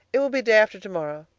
it will be day after to-morrow.